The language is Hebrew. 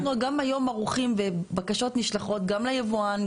גם היום אנחנו ערוכים ובקשות נשלחות גם ליבואן,